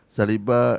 Saliba